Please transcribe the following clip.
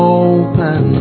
open